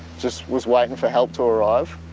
just was waiting for help to arrive.